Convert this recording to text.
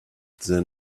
than